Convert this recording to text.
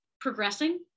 progressing